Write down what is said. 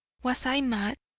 was i mad?